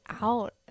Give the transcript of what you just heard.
out